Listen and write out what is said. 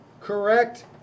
correct